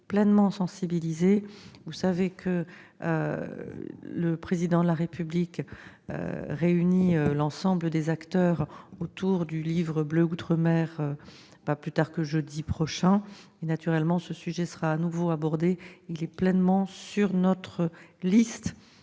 pleinement sensibilisés. Vous le savez, le Président de la République réunira l'ensemble des acteurs autour du Livre bleu outre-mer pas plus tard que jeudi prochain et, naturellement, ce sujet sera de nouveau abordé ; il figure absolument sur notre liste